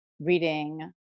reading